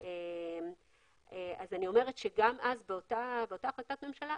אני אומרת שגם אז, אותה החלטת ממשלה,